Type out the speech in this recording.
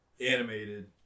animated